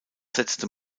setzte